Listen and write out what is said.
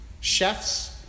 chefs